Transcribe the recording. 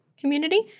community